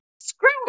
screw